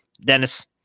Dennis